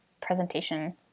presentation